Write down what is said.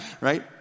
right